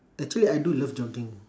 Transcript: actually I do love jogging